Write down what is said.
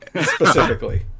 specifically